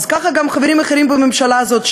אז ככה גם חברים אחרים בממשלה הזאת,